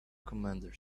commander